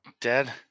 Dead